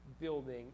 building